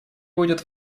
будет